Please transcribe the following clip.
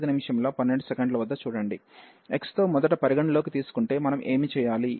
x తో మొదట పరిగణనలోకి తీసుకుంటే మనం ఏమి చేయాలి